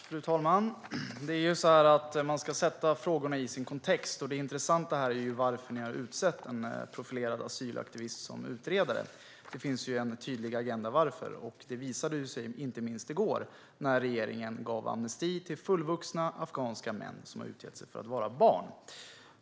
Fru talman! Man ska sätta frågorna i deras kontext. Det intressanta här är varför regeringen har utsett en profilerad asylaktivist som utredare. Det finns en tydlig agenda för det. Det visade sig inte minst i går när regeringen gav amnesti till fullvuxna afghanska män som har utgett sig för att vara barn.